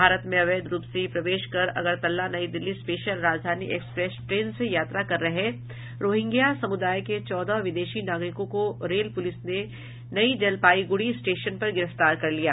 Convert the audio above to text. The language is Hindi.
भारत में अवैध रूप से प्रवेश कर Agartala Nai Delhi special Rajdhani express train से यात्रा कर रहे रोहिंग्या समुदाय के चौदह विदेशी नागरिकों को रेल पुलिस ने नई जलपाईगुड़ी स्टेशन पर गिरफ्तार कर लिया